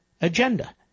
agenda